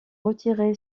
retiré